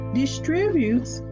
distributes